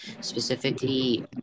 specifically